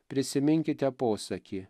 prisiminkite posakį